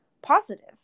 Positive